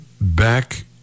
back